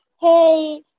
hey